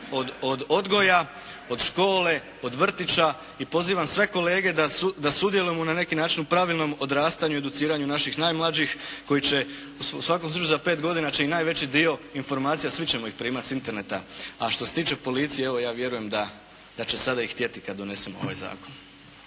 od odgoja, od škole, od vrtića i pozivam sve kolege da sudjelujemo na neki način u pravilnom odrastanju i educiranju naših najmlađih koji će u svakom slučaju za 5 godina će i najveći dio informacija, svi ćemo ih primati s Interneta, a što se tiče policije, evo ja vjerujem da će sada i htjeti kad donesemo ovaj Zakon.